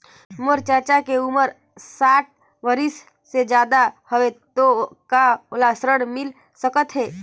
मोर चाचा के उमर साठ बरिस से ज्यादा हवे तो का ओला ऋण मिल सकत हे?